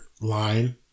line